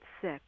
sick